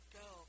go